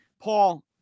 Paul